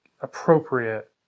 appropriate